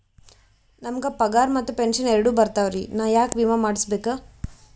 ನಮ್ ಗ ಪಗಾರ ಮತ್ತ ಪೆಂಶನ್ ಎರಡೂ ಬರ್ತಾವರಿ, ನಾ ಯಾಕ ವಿಮಾ ಮಾಡಸ್ಬೇಕ?